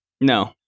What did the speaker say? no